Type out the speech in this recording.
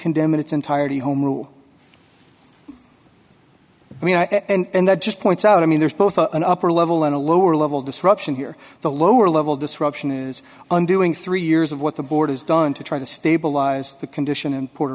condemn in its entirety home rule i mean and that just points out i mean there's both a upper level and a lower level disruption here the lower level disruption is undoing three years of what the board is done to try to stabilize the condition in puerto